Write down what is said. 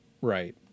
Right